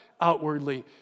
outwardly